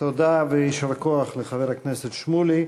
תודה ויישר כוח לחבר הכנסת שמולי.